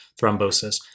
thrombosis